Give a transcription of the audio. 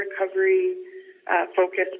recovery-focused